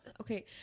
okay